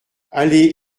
allée